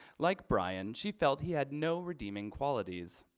like brian, she felt he had no redeeming qualities.